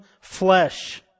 flesh